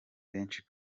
benshi